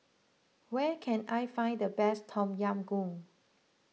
where can I find the best Tom Yam Goong